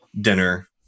dinner